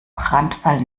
brandfall